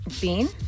Bean